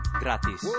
gratis